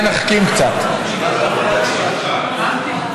התשע"ח 2018,